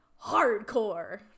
hardcore